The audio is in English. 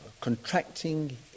contracting